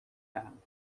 دهم